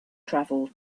travel